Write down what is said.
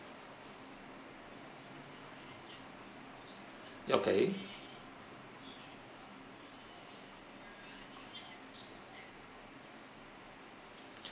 okay